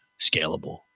scalable